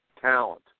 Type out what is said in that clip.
talent